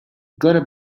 gotta